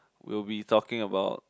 we will be talking about